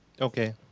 okay